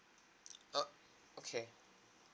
err okay